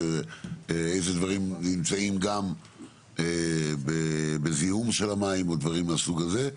או איזה דברים נמצאים גם בזיהום של המים או דברים מהסוג הזה,